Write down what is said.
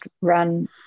run